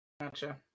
Gotcha